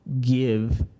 give